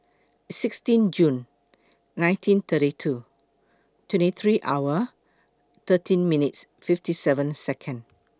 sixteen June nineteen thirty two twenty three hour thirteen minutes fifty seven Second